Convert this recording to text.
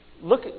look